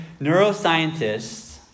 Neuroscientists